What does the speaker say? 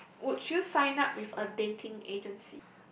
would you sign up with a dating agency